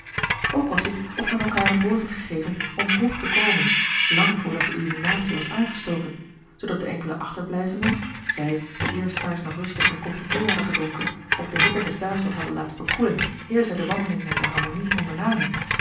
ook was het of men elkaar het woord had gegeven om vroeg te komen lang voordat de illuminatie was aangestoken zoodat de enkele achterblijvenden zij die eerst thuis nog rustig hun kopje thee hadden gedronken of de hitte des daags wat hadden laten bekoelen eer zij de wandeling naar de harmonie ondernamen